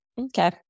Okay